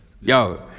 Yo